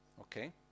Okay